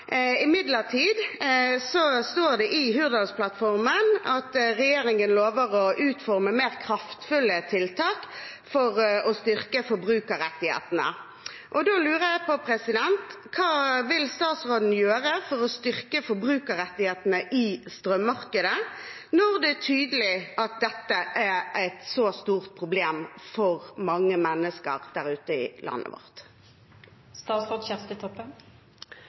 Imidlertid står det i Hurdalsplattformen at regjeringen lover å utforme mer kraftfulle tiltak for å styrke forbrukerrettighetene. Da lurer jeg på: Hva vil statsråden gjøre for å styrke forbrukerrettighetene i strømmarkedet når det er tydelig at dette er et så stort problem for mange mennesker der ute i landet